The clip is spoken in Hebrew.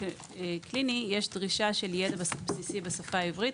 קליני יש דרישה של ידע בסיסי בשפה העברית.